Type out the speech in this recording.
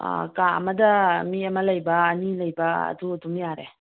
ꯑꯥ ꯀꯥ ꯑꯃꯗ ꯃꯤ ꯑꯃ ꯂꯩꯕ ꯑꯅꯤ ꯂꯩꯕ ꯑꯗꯨ ꯑꯗꯨꯝ ꯌꯥꯔꯦ